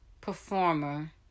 performer